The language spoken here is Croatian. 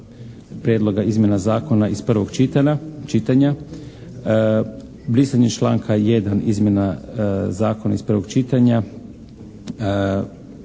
Prijedloga izmjena Zakona iz prvog čitanja. Brisanje članka 1. izmjena Zakona postignuto